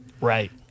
Right